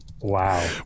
wow